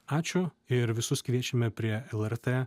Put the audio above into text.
ačiū ir visus kviečiame prie lrt